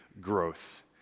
growth